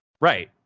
Right